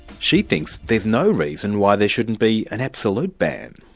she thinks there's no reason why there shouldn't be an absolute ban.